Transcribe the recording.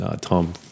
Tom